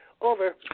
Over